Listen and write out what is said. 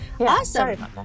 Awesome